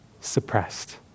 suppressed